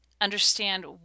understand